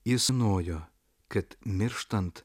jis nojo kad mirštant